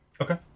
Okay